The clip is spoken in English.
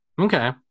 Okay